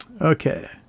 Okay